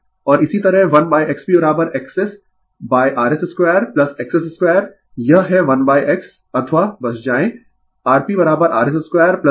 और इसी तरह 1XPXSrs2XS2 यह है 1 X अथवा बस जाए Rprs2XS2rsXPrs2XS2XS